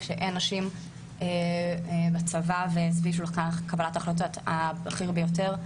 וכשאין נשים בצבא ואין --- קבלת החלטות הבכיר ביותר,